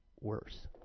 worse